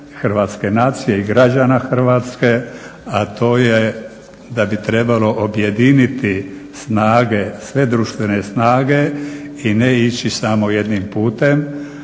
hrvatske nacije i građana Hrvatske, a to je da bi trebalo objediniti snage, sve društvene snage, i ne ići samo jednim putem,